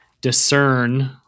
discern